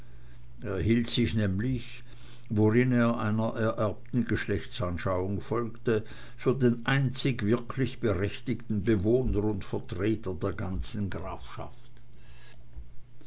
hielt sich nämlich worin er einer ererbten geschlechtsanschauung folgte für den einzig wirklich berechtigten bewohner und vertreter der ganzen grafschaft